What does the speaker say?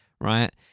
right